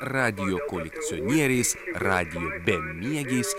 radijo kolekcionieriais radijo bemiegiais